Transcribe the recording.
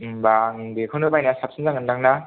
होनबा आं बेखौनो बायनाया साबसिन जागोनदां ना